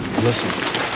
Listen